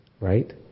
right